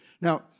Now